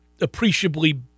appreciably